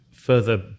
further